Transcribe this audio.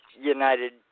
United